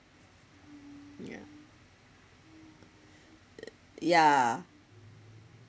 yup ya